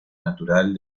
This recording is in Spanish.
natural